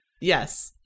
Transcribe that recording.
Yes